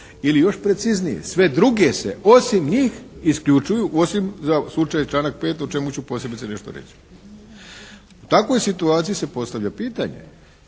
Ili još preciznije, sve druge se osim njih isključuju, osim za slučaj, članak 5. o čemu ću posebice nešto reći. U takvoj situaciji se postavlja pitanje